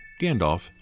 Gandalf